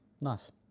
Nice